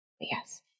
Yes